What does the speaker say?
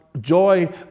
joy